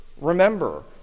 remember